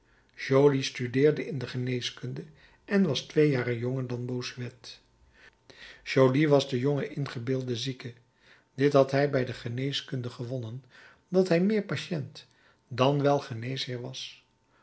joly studeerde in de geneeskunde en was twee jaren jonger dan bossuet joly was de jonge ingebeelde zieke dit had hij bij de geneeskunde gewonnen dat hij meer patiënt dan wel geneesheer was